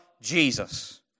jesus